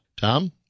tom